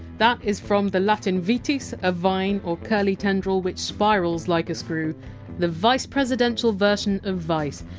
that is from the latin! vitis, a vine or curly tendril, which spirals like a screw the vice-presidential version of! vice!